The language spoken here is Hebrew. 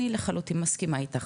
אני לחלוטין מסכימה איתך,